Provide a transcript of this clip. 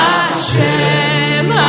Hashem